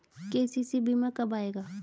KCC बीमा कब आएगा?